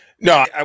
No